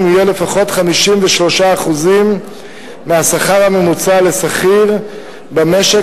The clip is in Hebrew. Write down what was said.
יהיה לפחות 53% מהשכר הממוצע לשכיר במשק,